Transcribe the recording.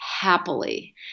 happily